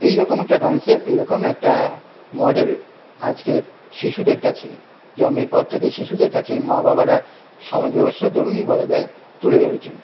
এইরকম একটা কানসেপ্ট এইরকম একটা মডেল আজকের শিশুদের কাছে জন্মের পর থেকেই শিশুদের কাছে মা বাবারা সমাজব্যবস্থার দরুণই বলা যায় তুলে ধরেছেন